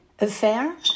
Affair